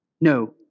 No